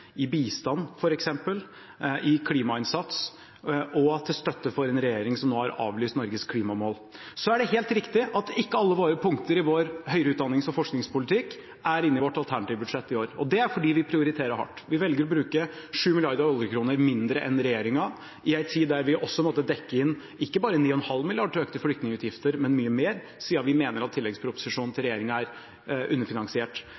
f.eks. bistand, i klimainnsats, og med støtte til en regjering som nå har avlyst Norges klimamål. Så er det helt riktig at ikke alle våre punkter i høyere utdanning og forskningspolitikk er inne i vårt alternative budsjett i år. Det er fordi vi prioriterer hardt. Vi velger å bruke 7 mrd. oljekroner mindre enn regjeringen i en tid der vi også måtte dekke inn ikke bare 9,5 mrd. kr til økte flyktningutgifter, men mye mer, siden vi mener at tilleggsproposisjonen til regjeringen er underfinansiert.